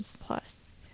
plus